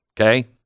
okay